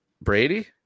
Brady